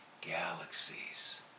galaxies